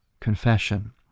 confession